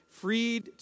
Freed